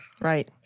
Right